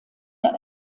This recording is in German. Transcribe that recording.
der